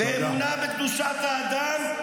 באמונה בקדושת האדם,